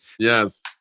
Yes